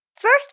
First